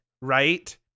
right